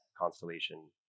constellation